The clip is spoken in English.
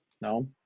No